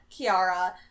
Kiara